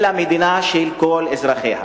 אלא מדינה של כל אזרחיה.